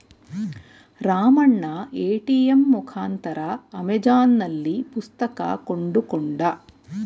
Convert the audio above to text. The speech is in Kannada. ರಾಮಣ್ಣ ಎ.ಟಿ.ಎಂ ಮುಖಾಂತರ ಅಮೆಜಾನ್ನಲ್ಲಿ ಪುಸ್ತಕ ಕೊಂಡುಕೊಂಡ